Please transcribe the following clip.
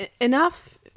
enough